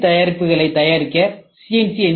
இறுதி தயாரிப்புகளை தயாரிக்க சி